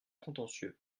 contentieux